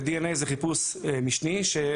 ו-DNA זה חיפוש משני.